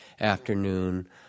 afternoon